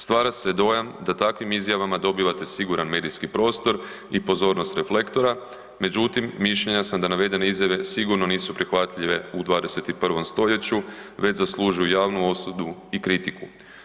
Stvara se dojam da takvim izjavama dobivate siguran medijski prostor i pozornost reflektora, međutim mišljenja sam da navedene izjave sigurno nisu prihvatljive u 21. stoljeću već zaslužuju javnu osudu i kritiku.